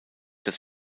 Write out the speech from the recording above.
das